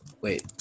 wait